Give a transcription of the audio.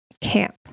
camp